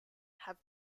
have